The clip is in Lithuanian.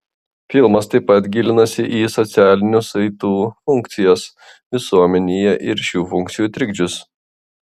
filmas taip pat gilinasi į socialinių saitų funkcijas visuomenėje ir šių funkcijų trikdžius